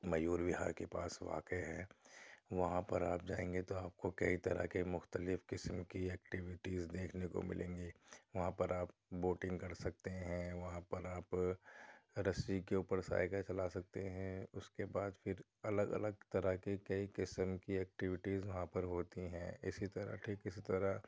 میور وہار کے پاس واقع ہے وہاں پر آپ جائیں گے تو آپ کو کئی طرح کے مختلف قسم کی ایکٹیویٹز دیکھنے کو ملیں گی وہاں پر آپ بوٹنگ کر سكتے ہیں وہاں پر آپ رسّی كے اوپر سائیكل چلا سكتے ہیں اُس كے بعد پھر الگ الگ طرح کے کئی قسم کی ایكٹیویٹز وہاں پر ہوتی ہیں اِسی طرح ٹھیک اِسی طرح